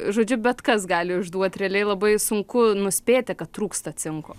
žodžiu bet kas gali išduot realiai labai sunku nuspėti kad trūksta cinko